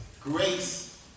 grace